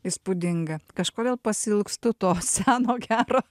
įspūdinga kažkodėl pasiilgstu to seno gero